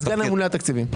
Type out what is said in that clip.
סגן הממונה על התקציבים.